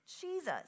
Jesus